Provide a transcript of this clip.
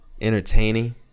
Entertaining